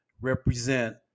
represent